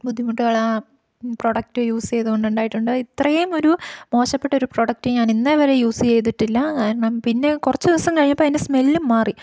ബുദ്ധിമുട്ടുകൾ ആ product use ചെയ്തത് കൊണ്ട് ഉണ്ടായിട്ടുണ്ട് ഇത്രയും ഒരു മോശപ്പെട്ട ഒരു പ്രൊഡക്റ്റ് ഞാൻ ഇന്നേവരെ യൂസ് ചെയ്തിട്ടില്ല കാരണം പിന്നെ കുറച്ച് ദിവസം കഴിഞ്ഞപ്പോൾ അതിൻ്റെ സ്മെല്ലും മാറി